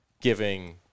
giving